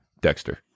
dexter